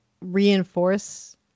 reinforce